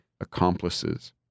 accomplices